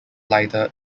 lighter